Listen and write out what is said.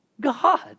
God